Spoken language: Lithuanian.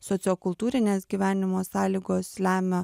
sociokultūrinės gyvenimo sąlygos lemia